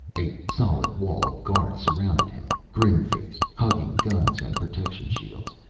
a solid wall of guards surrounded him, grim-faced, hugging guns and protection shields.